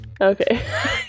Okay